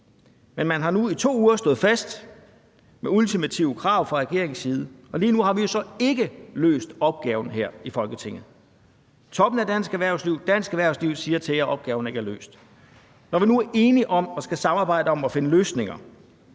regeringens side i 2 uger stået fast på ultimative krav, og lige nu har vi så ikke løst opgaven her i Folketinget. Toppen af dansk erhvervsliv og Dansk Erhverv siger til jer, at opgaven ikke er løst. Når vi nu er enige om at skulle samarbejde om at finde løsninger,